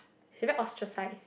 we very ostracized